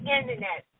Internet